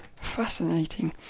fascinating